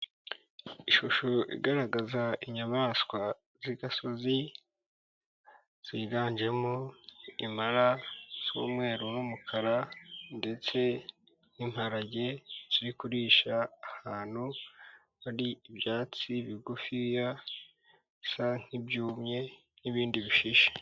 Ishusho igaragaza inyamaswa z'igasozi ziganjemo imara z'umweru n'umukara, ndetse n'imparage ziri kurisha ahantu hari ibyatsi bigufiya bisa nk'ibyumye n'ibindi bishishe.